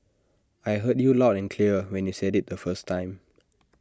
I heard you loud and clear when you said IT the first time